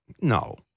No